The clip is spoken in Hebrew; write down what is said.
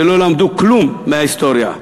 שלא למדו כלום מההיסטוריה.